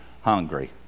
hungry